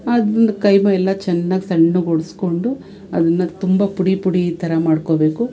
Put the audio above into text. ಅದು ಕೈಮಾ ಎಲ್ಲ ಚೆನ್ನಾಗ್ ಸಣ್ಣಗೊಡಿಸ್ಕೊಂಡು ಅದನ್ನು ತುಂಬ ಪುಡಿ ಪುಡೀ ಥರ ಮಾಡಿಕೊಬೇಕು